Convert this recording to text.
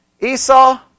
Esau